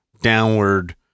downward